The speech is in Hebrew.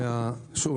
שוב,